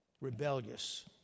Rebellious